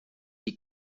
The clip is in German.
die